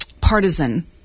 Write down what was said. partisan